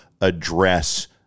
address